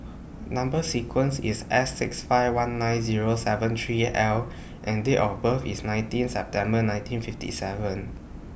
Number sequence IS S six five one nine Zero seven three L and Date of birth IS nineteen September nineteen fifty seven